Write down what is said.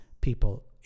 people